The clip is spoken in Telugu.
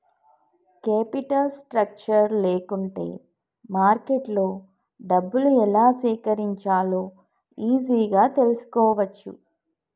కేపిటల్ స్ట్రక్చర్ లేకుంటే మార్కెట్లో డబ్బులు ఎలా సేకరించాలో ఈజీగా తెల్సుకోవచ్చు